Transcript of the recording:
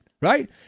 right